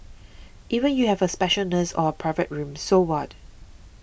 even if you have a special nurse or a private room so what